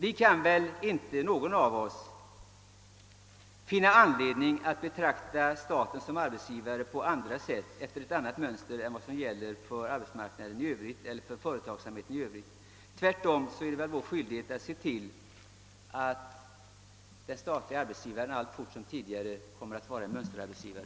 Ingen av oss kan väl finna anledning att betrakta staten som arbetsgivare efter ett annat mönster än vad som gäller för arbetsmarknaden i övrigt. Tvärtom är det väl vår skyldighet att se till att den statliga arbetsgivaren liksom tidigare kommer att vara mönsterarbetsgivare.